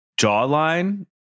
jawline